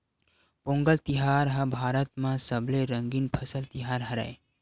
पोंगल तिहार ह भारत म सबले रंगीन फसल तिहार हरय